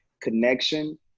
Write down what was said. connection